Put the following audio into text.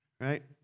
Right